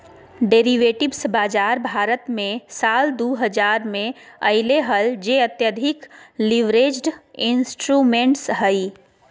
derivatives बाजार भारत मे साल दु हजार मे अइले हल जे अत्यधिक लीवरेज्ड इंस्ट्रूमेंट्स हइ